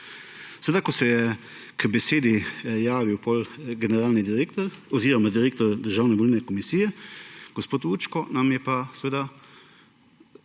Seveda, ko se je k besedi potem javil generalni direktor oziroma direktor Državne volilne komisije gospod Vučko, nam je pa seveda